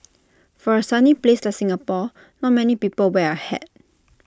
for A sunny place like Singapore not many people wear A hat